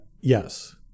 Yes